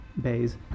bays